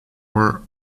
were